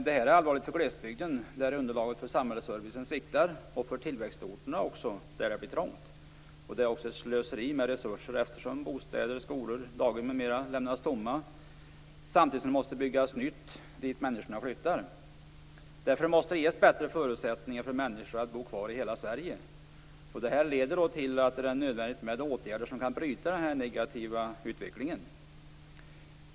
Det här är allvarligt för glesbygden där underlaget för samhällsservicen sviktar, och även för tillväxtorterna där det blir trångt. Det är också ett slöseri med resurser eftersom bostäder, skolor, daghem m.m. lämnas tomma samtidigt som det måste byggas nytt på de platser dit människorna flyttar. Därför måste det ges bättre förutsättningar för människor att bo kvar i hela Sverige. Detta leder till att det är nödvändigt med åtgärder som kan bryta den negativa utvecklingen.